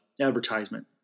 advertisement